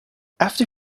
after